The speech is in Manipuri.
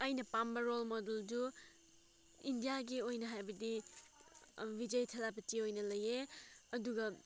ꯑꯩꯅ ꯄꯥꯝꯕ ꯔꯣꯜ ꯃꯣꯗꯦꯜꯗꯨ ꯏꯟꯗꯤꯌꯥꯒꯤ ꯑꯣꯏꯅ ꯍꯥꯏꯕꯗꯤ ꯕꯤꯖꯦ ꯊꯂꯥꯄꯊꯤ ꯑꯣꯏꯅ ꯂꯩꯌꯦ ꯑꯗꯨꯒ